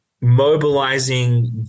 mobilizing